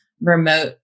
remote